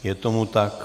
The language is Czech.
Je tomu tak.